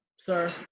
Sir